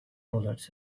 bullets